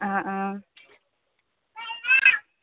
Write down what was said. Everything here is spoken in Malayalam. ആ ആ